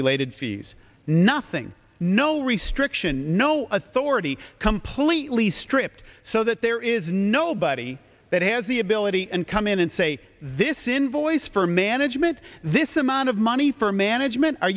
related fees nothing no restriction no authority completely stripped so that there is nobody that has the ability and come in and say this invoice for management this amount of money for management are